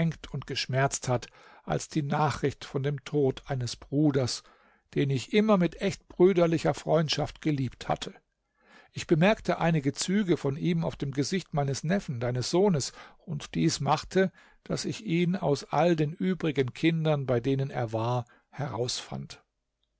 und geschmerzt hat als die nachricht von dem tod eines bruders den ich immer mit echt brüderlicher freundschaft geliebt hatte ich bemerkte einige züge von ihm auf dem gesicht meines neffen deines sohnes und dies machte daß ich ihn aus all den übrigen kindern bei denen er war herausfand